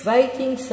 Fighting